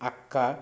అక్క